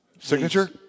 Signature